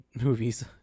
movies